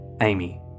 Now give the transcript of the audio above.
Amy